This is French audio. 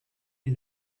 ils